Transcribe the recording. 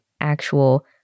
actual